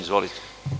Izvolite.